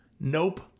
Nope